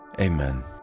Amen